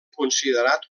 considerat